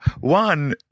one